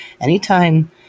Anytime